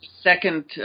Second